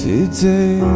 Today